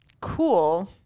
cool